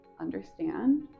understand